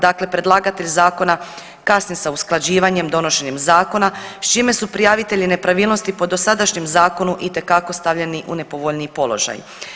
Dakle, predlagatelj zakona kasni sa usklađivanjem, donošenjem zakona s čime su prijavitelji nepravilnosti po dosadašnjem zakonu itekako stavljeni u nepovoljniji položaj.